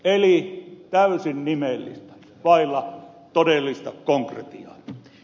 eli täysin nimellistä vailla todellista konkretiaa